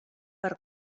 per